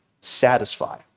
satisfy